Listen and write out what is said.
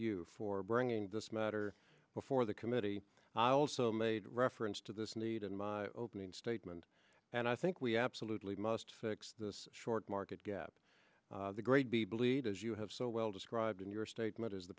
you for bringing this matter before the committee i also made reference to this need in my opening statement and i think we absolutely must fix this short market gap the great be believed as you have so well described in your statement is the